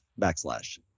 backslash